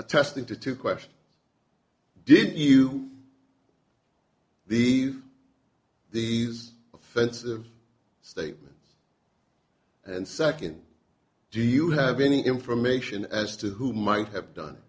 attesting to to question did you the these offensive statements and second do you have any information as to who might have done